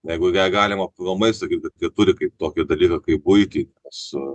jeigu ją galima aplamais sakyt kad jie turi kaip tokį dalyką kaip buitį nes